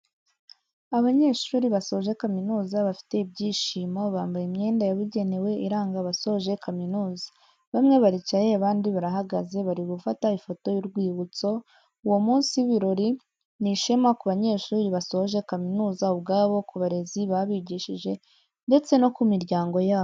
Abanyeshuri basoje kaminuza bafite ibyishimo, bambaye imyenda yabugenewe iranga abasoje kaminuza, bamwe baricaye abandi barahagaze bari gufata ifoto y'urwibutso, uwo munsi w'ibirori ni ishema ku banyeshuri basoje kaminuza ubwabo, ku barezi babigishije ndetse no ku miryango yabo.